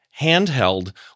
handheld